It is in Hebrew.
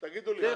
תגידו לי,